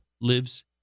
lives